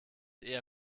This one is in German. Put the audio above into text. eher